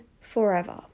forever